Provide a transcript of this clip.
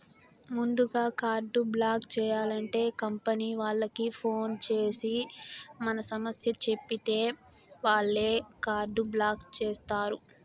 ముందుగా card block చేయాలంటే company వాళ్లకి ఫోన్ చేసి మన సమస్య చెప్పితే వాళ్లే కార్డు బ్లాక్ చేస్తారు